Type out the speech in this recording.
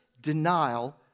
denial